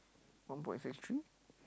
one point six three